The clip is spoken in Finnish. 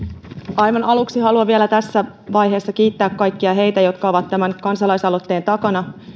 aivan aluksi haluan vielä tässä vaiheessa kiittää kaikkia heitä jotka ovat tämän kansalaisaloitteen takana